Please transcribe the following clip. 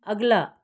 अगला